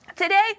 Today